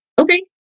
Okay